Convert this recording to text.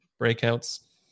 breakouts